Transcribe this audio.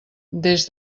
des